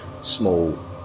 small